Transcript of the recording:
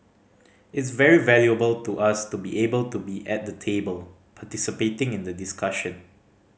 it's very valuable to us to be able to be at the table participating in the discussion